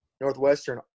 Northwestern